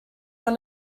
one